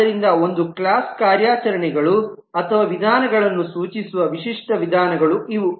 ಆದ್ದರಿಂದ ಒಂದು ಕ್ಲಾಸ್ ಕಾರ್ಯಾಚರಣೆಗಳು ಅಥವಾ ವಿಧಾನಗಳನ್ನು ಸೂಚಿಸುವ ವಿಶಿಷ್ಟ ವಿಧಾನಗಳು ಇವು